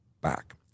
back